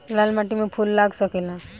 लाल माटी में फूल लाग सकेला?